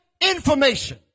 information